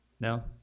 no